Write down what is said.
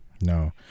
No